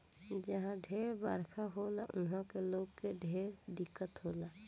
जहा ढेर बरखा होला उहा के लोग के ढेर दिक्कत होला